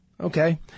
Okay